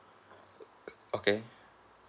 okay